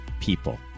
people